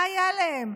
מה היה להם?